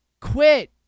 quit